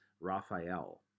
Raphael